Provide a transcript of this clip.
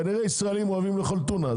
כנראה ישראליים אוהבים לאכול טונה.